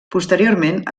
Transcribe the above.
posteriorment